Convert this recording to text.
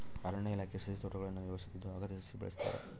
ಅರಣ್ಯ ಇಲಾಖೆ ಸಸಿತೋಟಗುಳ್ನ ನಿರ್ವಹಿಸುತ್ತಿದ್ದು ಅಗತ್ಯ ಸಸಿ ಬೆಳೆಸ್ತಾರ